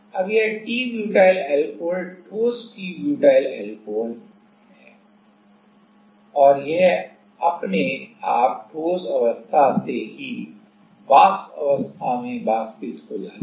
अब यह T butyl alcohol ठोस टी ब्यूटाइल अल्कोहल है और यह अपने आप ठोस अवस्था से ही वाष्प अवस्था में वाष्पित हो जाता है